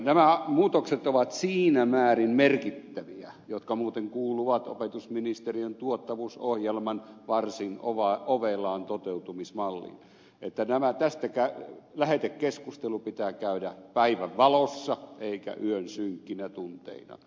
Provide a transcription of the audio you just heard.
nämä muutokset jotka muuten kuuluvat opetusministeriön tuottavuusohjelman varsin ovelaan toteutumismalliin ovat siinä määrin merkittäviä että tämä lähetekeskustelu pitää käydä päivänvalossa eikä yön synkkinä tunteina